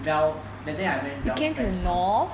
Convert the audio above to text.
dell that day I went dell friend's house